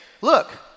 Look